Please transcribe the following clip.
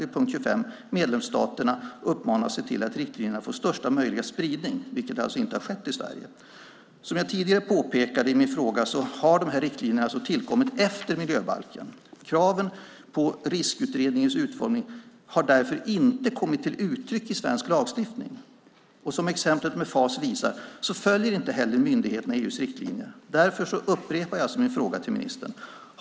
I punkt 25 uppmanas medlemsstaterna att se till att riktlinjerna får största möjliga spridning - vilket alltså inte har skett i Sverige. Som jag tidigare påpekade i min fråga har dessa riktlinjer tillkommit efter miljöbalken. Kraven på riskutredningars utformning har därför inte kommit till uttryck i svensk lagstiftning. Som exemplet med Fas visar följer inte heller myndigheterna EU:s riktlinjer. Därför upprepar jag min fråga till ministern.